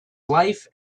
life